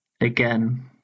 again